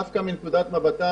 דווקא מנקודת מבטה